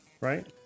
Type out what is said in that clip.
right